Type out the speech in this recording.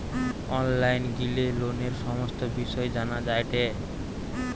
online গিলে লোনের সমস্ত বিষয় জানা যায়টে